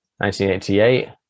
1988